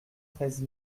treize